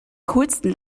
coolsten